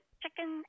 chicken